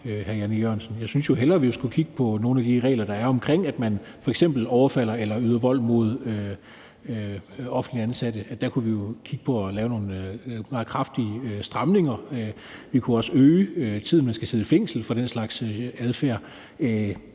Jeg synes jo hellere, vi skulle kigge på nogle af de regler, der er omkring, at man f.eks. overfalder eller yder vold mod offentligt ansatte. Der kunne vi jo kigge på at lave nogle meget kraftige stramninger. Vi kunne også øge tiden, man skal sidde i fængsel for den slags adfærd.